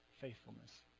Faithfulness